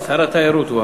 שר התיירות הוא הממונה.